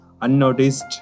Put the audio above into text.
unnoticed